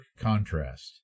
contrast